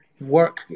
work